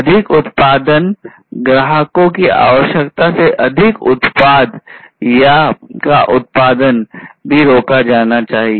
अधिक उत्पादन ग्राहकों की आवश्यकता से अधिक उत्पाद का उत्पादन भी रोका जाना चाहिए